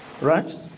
right